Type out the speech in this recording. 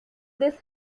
this